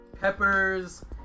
Peppers